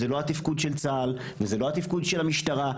זה לא התפקוד של צה"ל וזה לא התפקוד של המשטרה,